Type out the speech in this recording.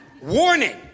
Warning